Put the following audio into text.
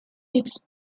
its